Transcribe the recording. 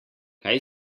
kaj